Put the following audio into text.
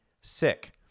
sick